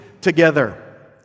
together